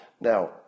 Now